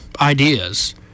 ideas